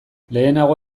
lehenago